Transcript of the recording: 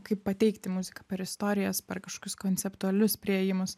kaip pateikti muziką per istorijas per kažkokius konceptualius priėjimus